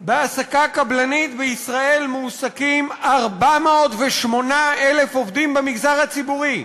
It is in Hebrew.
בהעסקה קבלנית בישראל מועסקים 408,000 עובדים במגזר הציבורי.